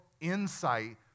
insight